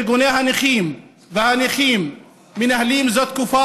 ארגוני הנכים והנכים מנהלים זה תקופה